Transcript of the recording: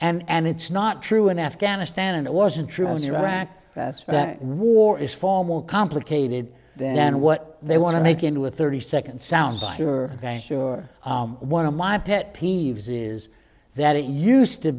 their and it's not true in afghanistan and it wasn't true in iraq that war is far more complicated then what they want to make into a thirty second sound bite you're sure one of my pet peeves is that it used to